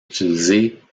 utilisée